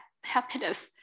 happiness